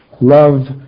Love